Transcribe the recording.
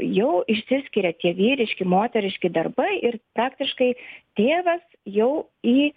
jau išsiskiria tie vyriški moteriški darbai ir praktiškai tėvas jau į